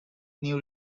new